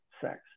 sex